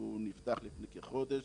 והוא נפתח לפני כחודש.